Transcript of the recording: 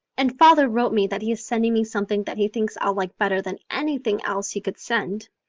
and father wrote me that he is sending me something that he thinks i'll like better than anything else he could send.